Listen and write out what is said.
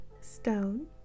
stone